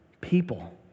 people